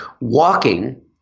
walking